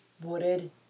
wooded